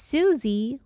Susie